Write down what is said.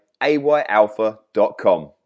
ayalpha.com